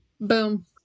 Boom